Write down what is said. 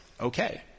okay